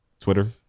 Twitter